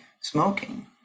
smoking